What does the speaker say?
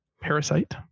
*Parasite*